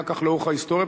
היה כך לאורך ההיסטוריה,